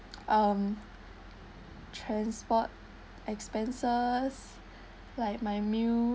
um transport expenses like my meal